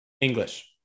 English